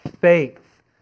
faith